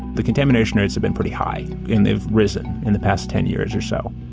the contamination rates have been pretty high. and they've risen in the past ten years or so.